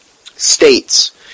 states